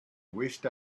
wished